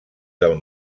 del